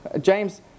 James